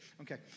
Okay